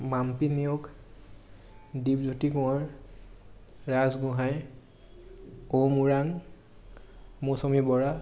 Mampi Neog Dwipjyoti Konwar Rajgohain Oumrang Mousumi Bora